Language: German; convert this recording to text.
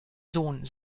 sohn